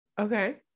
Okay